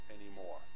anymore